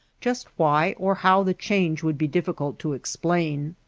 just why or how the change would be difficult to explain.